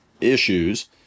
issues